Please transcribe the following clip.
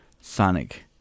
Sonic